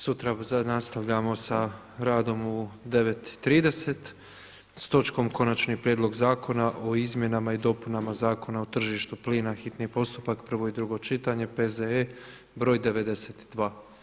Sutra nastavljamo sa radom u 9,30 s točkom konačni prijedlog Zakona o izmjenama i dopunama Zakona o tržištu plina, hitni postupak, prvo i drugo čitanje, P.Z.E.BR.92.